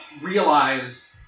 realize